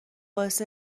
باعث